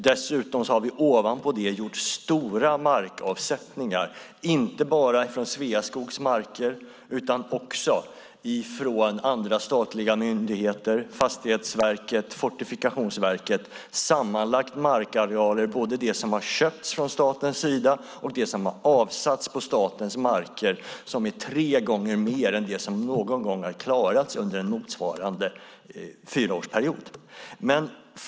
Ovanpå detta har vi dessutom gjort stora markavsättningar, inte bara från Sveaskogs marker utan också från andra statliga myndigheter som Fastighetsverket och Fortifikationsverket. Sammanlagt i markarealer, både det som har köpts från statens sida och det som har avsatts på statens marker, är det tre gånger mer än vad som någon gång har klarats under en motsvarande fyraårsperiod.